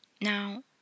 Now